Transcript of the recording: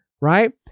right